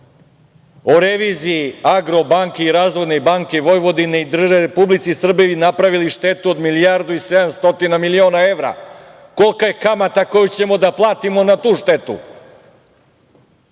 o reviziji „Agrobanke“ i Razvojne banke Vojvodine u Republici Srbiji napravili štetu od milijardu i 700 miliona evra? Kolika je kamata koju ćemo da platimo na tu štetu?